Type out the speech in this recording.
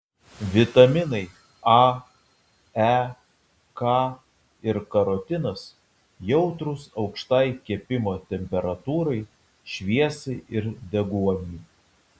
vitaminai a e k ir karotinas jautrūs aukštai kepimo temperatūrai šviesai ir deguoniui